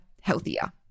healthier